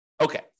Okay